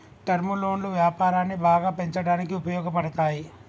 term లోన్లు వ్యాపారాన్ని బాగా పెంచడానికి ఉపయోగపడతాయి